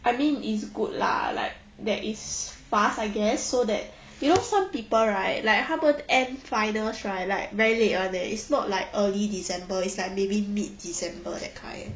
I mean it's good lah like that it's fast I guess so that you know some people right like 他们 end finals right very late [one] leh it's not like early december it's like maybe mid december that kind